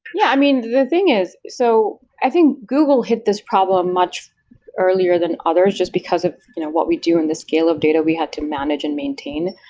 yeah. i mean, the thing so i think google hit this problem much earlier than others just because of you know what we do in the scale of data we had to manage and maintain.